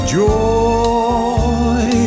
joy